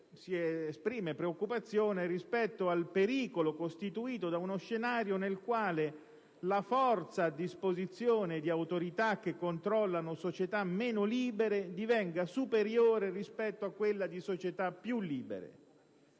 e, in particolare, rispetto al pericolo costituito da uno scenario nel quale la forza a disposizione di autorità che controllano società meno libere divenga superiore rispetto a quella di società più libere.